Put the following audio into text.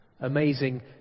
amazing